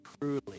truly